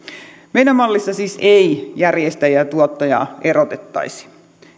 meidän mallissa siis ei järjestäjää ja tuottajaa erotettaisi